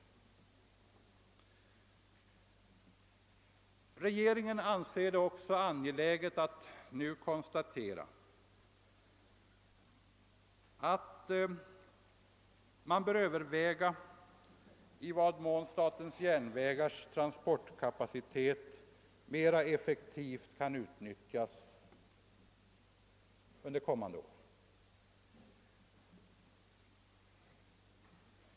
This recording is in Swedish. Vidare anser regeringen det angeläget ati överväga i vad mån SJ:s transporikapacitet kan utnyttjas mera effektivt under kommande år.